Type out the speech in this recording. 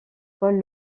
paul